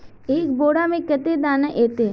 एक बोड़ा में कते दाना ऐते?